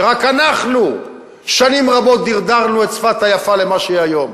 שאנחנו שנים רבות רק דרדרנו את צפת היפה למה שהיא היום.